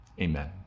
Amen